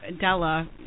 Della